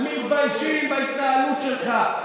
מתביישים בהתנהלות שלך.